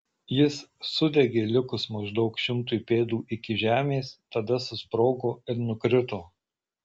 jis sudegė likus maždaug šimtui pėdų iki žemės tada susprogo ir nukrito